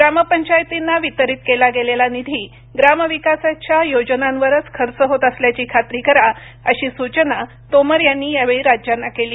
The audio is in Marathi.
ग्राम पंचायतींना वितरीत केला गेलेला निधी ग्राम विकासाच्या योजनांवरच खर्च होत असल्याची खात्री करा अशी सूचना तोमर यांनी यावेळी सर्व राज्यांना केली